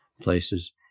places